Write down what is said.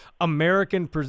American